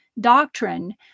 doctrine